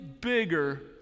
bigger